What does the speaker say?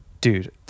dude